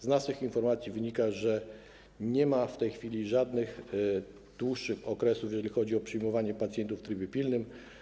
Z naszych informacji wynika, że nie ma w tej chwili żadnych dłuższych okresów, jeżeli chodzi o przyjmowanie pacjentów w trybie pilnym.